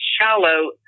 shallow